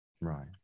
Right